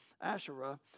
Asherah